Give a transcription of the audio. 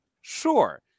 Sure